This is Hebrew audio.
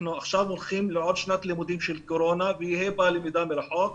אנחנו עכשיו הולכים לעוד שנת לימודים של קורונה ויהיה בה למידה מרחוק.